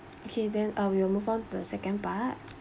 okay then uh we'll move on to the second part